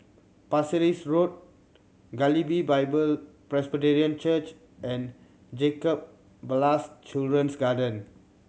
Pasir Ris Road Galilee Bible Presbyterian Church and Jacob Ballas Children's Garden